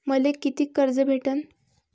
मले कितीक कर्ज भेटन?